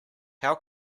how